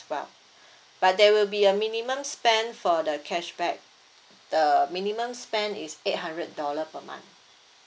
well but there will be a minimum spend for the cashback the a minimum spend is eight hundred dollar per month